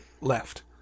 left